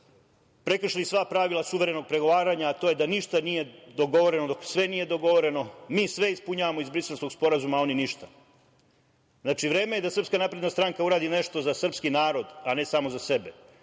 prekršili sva pravila suverenog pregovaranja, a to je da ništa nije dogovoreno dok sve nije dogovoreno. Mi sve ispunjavamo iz Briselskog sporazuma, a oni ništa. Znači, vreme je da SNS uradi nešto za srpski narod, a ne samo za sebe.